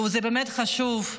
והוא באמת חשוב.